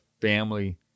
family